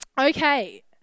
Okay